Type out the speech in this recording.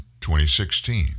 2016